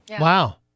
Wow